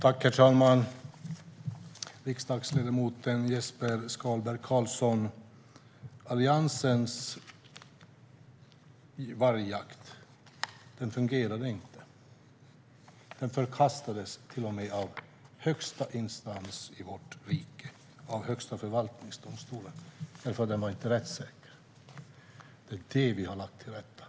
Herr talman! Alliansens reglering av vargjakten fungerade inte, riksdagsledamot Jesper Skalberg Karlsson. Den förkastades till och med av högsta instans i vårt rike, av Högsta förvaltningsdomstolen, därför att den inte var rättssäker. Det är det som vi har lagt till rätta.